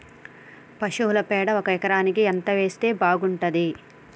పశువుల పేడ ఒక ఎకరానికి ఎంత వేస్తే బాగుంటది?